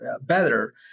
better